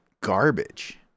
garbage